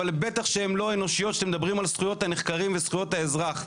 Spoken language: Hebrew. אבל בטח שהן לא אנושיות כשאתם מדברים על זכויות הנחקרים וזכויות האזרח,